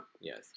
Yes